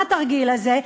מה התרגיל הזה?